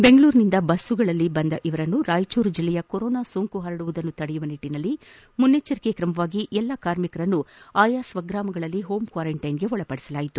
ಬೆಂಗಳೂರಿನಿಂದ ಬಸ್ಗಳಲ್ಲಿ ಆಗಮಿಸಿದ ಇವರನ್ನು ರಾಯಚೂರು ಜಿಲ್ಲೆಯ ಕೋರೊನಾ ಸೋಂಕು ಪರಡುವುದನ್ನು ತಡೆಯುವ ನಿಟ್ಟನಲ್ಲಿ ಮುಂಜಾಗ್ರತಾ ತ್ರಮವಾಗಿ ಈ ಎಲ್ಲಾ ಕಾರ್ಮಿಕರನ್ನು ಆಯಾ ಸ್ವ ಗ್ರಾಮಗಳಲ್ಲಿ ಹೋಂ ಕ್ವಾರೆಂಟೈನ್ಗೆ ಒಳಪಡಿಸಲಾಗಿದೆ